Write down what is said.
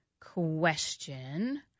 Question